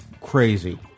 crazy